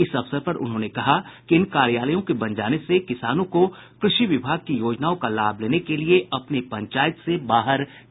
इस अवसर पर उन्होंने कहा कि इन कार्यालयों के बन जाने से किसानों को कृषि विभाग की योजनाओं का लाभ लेने के लिए अपने पंचायत से बाहर नहीं जाना होगा